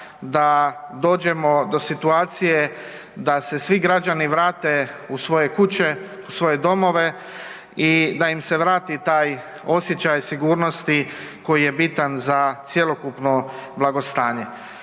da dođemo do situacije da se svi građani vrate u svoje kuće, u svoje domove i da im se vrati taj osjećaj sigurnosti koji je bitan za cjelokupno blagostanje.